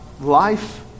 life